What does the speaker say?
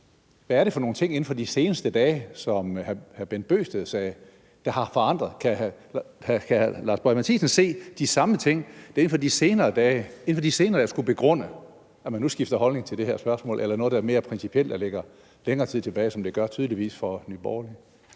Hvad er det for nogen ting inden for de seneste dage, som hr. Bent Bøgsted sagde, der har ... Kan hr. Lars Boje Mathiesen se de samme ting, der inden for de senere dage skulle begrunde, at man nu skiftede holdning til det her spørgsmål, eller er der noget mere principielt, der ligger længere tid tilbage, som det tydeligvis gør for Nye Borgerlige?